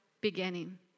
beginning